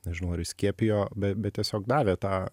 nežinau ar įskiepijo be bet tiesiog davė tą